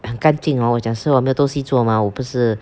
很干净 hor 我讲说我没有东西做 mah 我不是